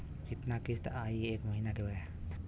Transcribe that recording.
कितना किस्त आई एक महीना के?